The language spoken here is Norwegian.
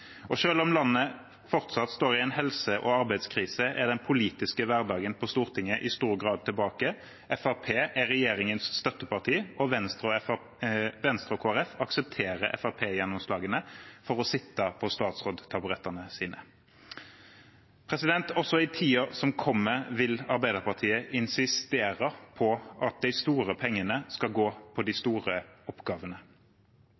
om landet fortsatt står i en helse- og arbeidskrise, er den politiske hverdagen på Stortinget i stor grad tilbake. Fremskrittspartiet er regjeringens støtteparti, og Venstre og Kristelig Folkeparti aksepterer Fremskrittsparti-gjennomslagene for å få sitte på statsrådstaburettene sine. Også i tiden som kommer, vil Arbeiderpartiet insistere på at de store pengene skal gå til de